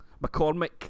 McCormick